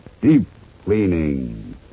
Deep-cleaning